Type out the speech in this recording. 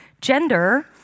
gender